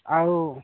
ଆଉ